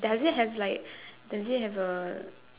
does it have like does it have a